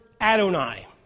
Adonai